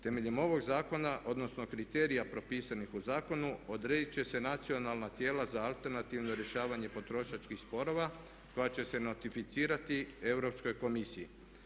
Temeljem ovog zakona odnosno kriterija propisanih u zakonu odredit će se nacionalna tijela za alternativno rješavanje potrošačkih sporova koja će se notificirati Europskoj komisiji.